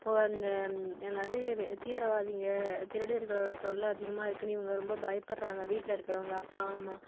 அந்த என்னது தீவிரவாதிங்க திருடர்களோட தொல்லை அதிகமாக இருக்குனு இவங்க ரொம்ப பயப்பட்றாங்க வீட்டில் இருக்கிறவங்க அப்பா அம்மா